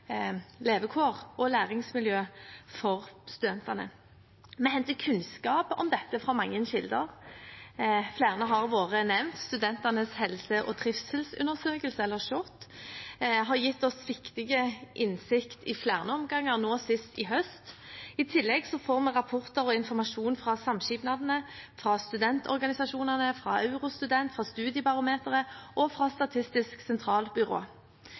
levekår og læringsmiljø for studentene. Vi henter kunnskap om dette fra mange kilder. Flere har vært nevnt: Studentenes helse- og trivselsundersøkelse, SHoT, har gitt oss viktig innsikt i flere omganger, nå sist i høst. I tillegg får vi rapporter og informasjon fra samskipnadene, fra studentorganisasjonene, fra Eurostudent, fra Studiebarometeret og fra Statistisk sentralbyrå.